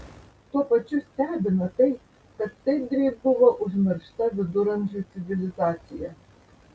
tuo pačiu stebina tai kad taip greit buvo užmiršta viduramžių civilizacija